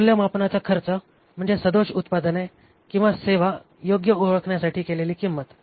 मूल्यमापनाचा खर्च म्हणजे सदोष उत्पादने किंवा सेवा योग्य ओळखण्यासाठी केली जाणारी किंमत